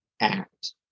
act